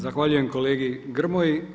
Zahvaljujem kolegi Grmoji.